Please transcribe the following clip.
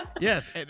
Yes